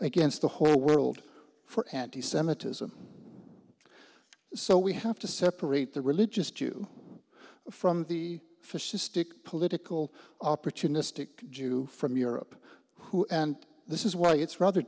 against the whole world for anti semitism so we have to separate the religious jew from the fish stick political opportunistic jew from europe who and this is why it's rather